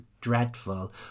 dreadful